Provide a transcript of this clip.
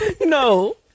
No